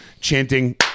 chanting